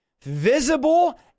visible